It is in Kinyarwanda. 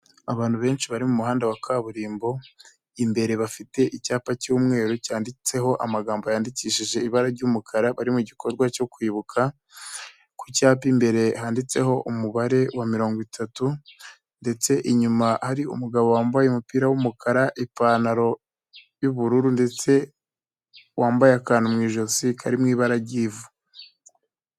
Abantu benshi bari mu muhanda wa kaburimbo imbere bafite icyapa cy'umweru cyanditseho amagambo yandikishije ibara ry'umukara bari mu gikorwa cyo kwibuka, ku cyapa imbere handitseho umubare wa mirongo itatu ndetse inyuma hari umugabo wambaye umupira w'umukara, ipantaro y'ubururu ndetse wambaye akantu mu ijosi kari mu ibara ry'ivu.